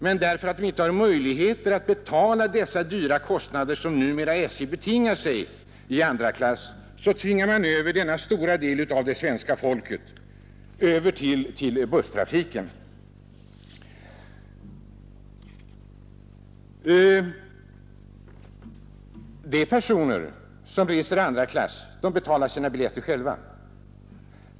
Men eftersom en stor del av det svenska folket inte kan betala de höga priser som SJ numera betingar sig tvingas de resande över till busstrafiken med dess mycket lägre biljettpriser. De personer som reser andra klass betalar sina biljetter själva.